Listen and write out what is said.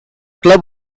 club